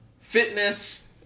fitness